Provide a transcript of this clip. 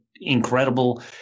incredible